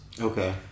Okay